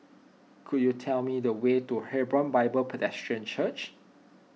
could you tell me the way to Hebron Bible Presbyterian Church